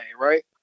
right